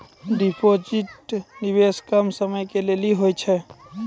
Deposit निवेश कम समय के लेली होय छै?